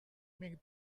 make